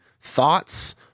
thoughts